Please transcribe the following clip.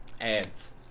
ads